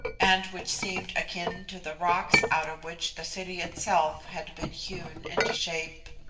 and which seemed akin to the rocks out of which the city itself had been hewn into shape.